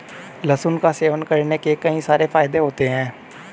लहसुन का सेवन करने के कई सारे फायदे होते है